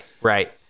right